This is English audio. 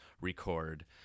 record